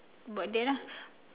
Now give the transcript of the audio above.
about that lah